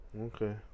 Okay